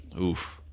Oof